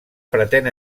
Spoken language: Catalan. pretén